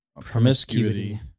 Promiscuity